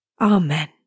Amen